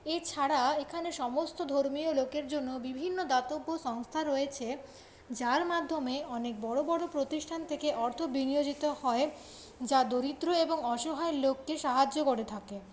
এছাড়া এখানে সমস্ত ধর্মীয় লোকের জন্য বিভিন্ন দাতব্য সংস্থা রয়েছে যার মাধ্যমে অনেক বড় বড় প্রতিষ্ঠান থেকে অর্থ বিনিয়োজিত হয় যা দরিদ্র এবং অসহায় লোককে সাহায্য করে থাকে